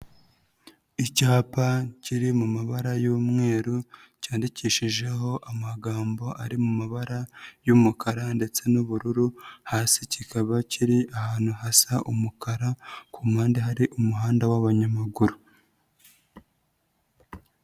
Icyapa kiri mu mabara y'umweru cyandikishijeho amagambo ari mu mabara y'umukara ndetse n'ubururu, hasi kikaba kiri ahantu hasa umukara, ku mpande hari umuhanda w'abanyamaguru.